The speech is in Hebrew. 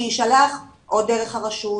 שיישלח או דרך הרשות,